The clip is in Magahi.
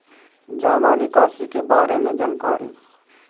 जामा निकासी के बारे में जानकारी?